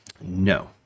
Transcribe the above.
no